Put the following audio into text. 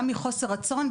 גם מחוסר רצון.